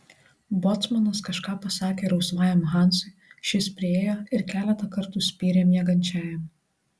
bocmanas kažką pasakė rausvajam hansui šis priėjo ir keletą kartų spyrė miegančiajam